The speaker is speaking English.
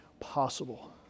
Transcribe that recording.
possible